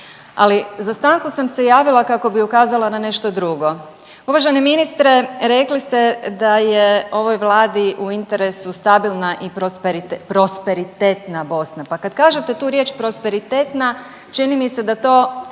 Ali za stanku sam se javila kako bi ukazala na nešto drugo. Uvaženi ministre rekli ste da je ovoj vladi u interesu stabilna i prosperitetna Bosna, pa kad kažete tu riječ prosperitetna čini mi se da to